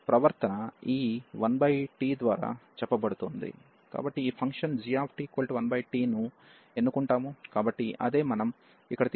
కాబట్టి ఈ function g 1t ను ఎన్నుకుంటాము కాబట్టి అదే మనం ఇక్కడ తీసుకున్న కారణం అనగా ఈ ఫంక్షన్ 1t